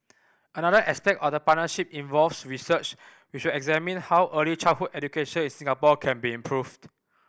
another aspect of the partnership involves research which will examine how early childhood education in Singapore can be improved